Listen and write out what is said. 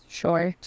sure